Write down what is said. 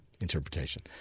Interpretation